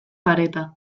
pareta